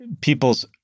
people's